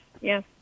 yes